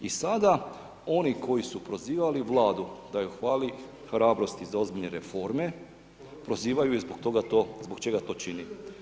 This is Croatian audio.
I sada oni koji su prozivali vladu da ju hvali, hrabrosti za ozbiljne reforme, prozivaju ju zbog toga to, zbog čega to čini.